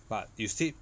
but you sit